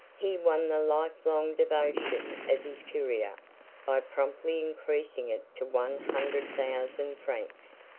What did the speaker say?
he won the life-long devotion of his courier by promptly increasing it to one hundred thousand francs.